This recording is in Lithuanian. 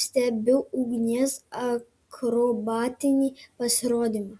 stebiu ugnies akrobatinį pasirodymą